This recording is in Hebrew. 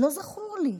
לא זכור לי.